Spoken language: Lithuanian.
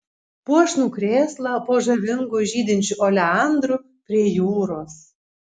puošnų krėslą po žavingu žydinčiu oleandru prie jūros